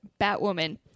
Batwoman